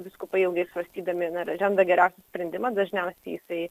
vyskupai ilgai svarstydami renda geriausią sprendimą dažniausiai jisai